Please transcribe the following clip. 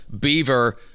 Beaver